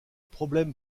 problème